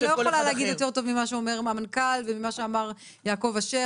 אני לא יכולה להגיד יותר טוב ממה שאומר המנכ"ל וממה שאמר יעקב אשר.